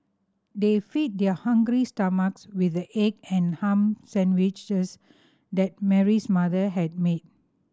they fed their hungry stomachs with the egg and ham sandwiches that Mary's mother had made